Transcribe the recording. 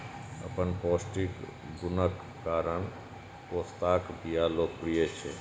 अपन पौष्टिक गुणक कारण पोस्ताक बिया लोकप्रिय छै